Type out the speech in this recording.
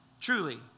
Truly